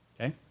Okay